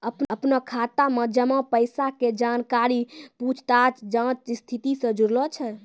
अपनो खाता मे जमा पैसा के जानकारी पूछताछ जांच स्थिति से जुड़लो छै